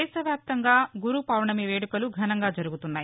దేశవ్యాప్తంగా గురుపొర్ణమి వేదుకలు ఘనంగా జరుగుతున్నాయి